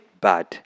bad